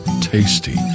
tasty